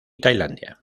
tailandia